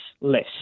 list